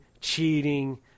cheating